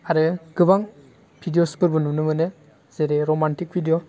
आरो गाबां भिडिअसफोरबो नुनो मोनो जेरै रमान्टिक भिडिअ